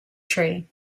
tree